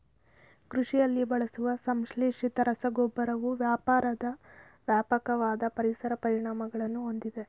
ಕೃಷಿಯಲ್ಲಿ ಬಳಸುವ ಸಂಶ್ಲೇಷಿತ ರಸಗೊಬ್ಬರವು ವ್ಯಾಪಕವಾದ ಪರಿಸರ ಪರಿಣಾಮಗಳನ್ನು ಹೊಂದಿದೆ